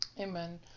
Amen